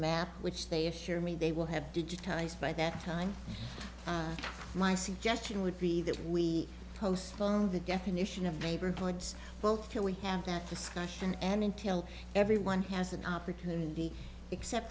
map which they assure me they will have digitized by that time my suggestion would be that we postpone the definition of neighborhoods both till we have that discussion and until everyone has an opportunity except